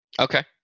Okay